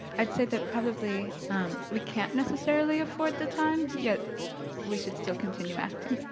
i'd say that probably we can't necessarily afford the time yet we should still continue acting.